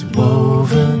woven